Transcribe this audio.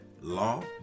law